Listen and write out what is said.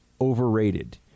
overrated